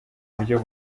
buryo